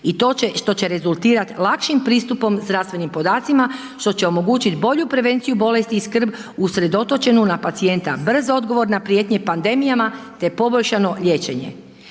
što će rezultirati lakšim pristupom zdravstvenim podacima, što će omogućiti bolju prevenciju bolesti i skrb usredotočenu na pacijenta, brz odgovor na prijetnje pandemijama te poboljšano liječenje.